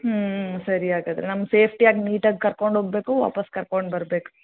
ಹ್ಞೂ ಸರಿ ಹಾಗಾದ್ರೆ ನಮ್ಗೆ ಸೇಫ್ಟಿಯಾಗಿ ನೀಟಾಗಿ ಕರ್ಕೊಂಡು ಹೋಗಬೇಕು ವಾಪಸ್ಸು ಕರ್ಕೊಂಡು ಬರ್ಬೇಕು